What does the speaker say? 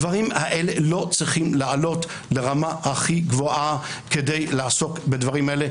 הדברים האלה לא צריכים לעלות לרמה הכי גבוהה כדי לעסוק בדברים האלה.